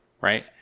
right